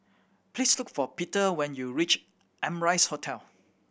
please look for Peter when you reach Amrise Hotel